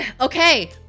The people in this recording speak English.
okay